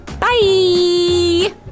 Bye